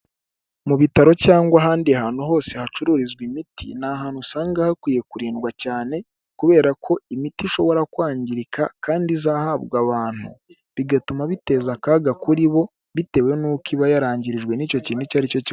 Mu bitaro cyangwa ahandi hantu hose hacururizwa imiti ni ahantu usanga hakwiye kurindwa cyane kubera ko imiti ishobora kwangirika kandi izahabwa abantu, bigatuma biteza akaga kuri bo bitewe nuko iba yarangirijwe n'icyo kintu icyo ari cyo...